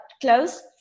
close